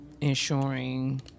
ensuring